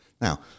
Now